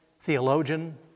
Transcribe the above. theologian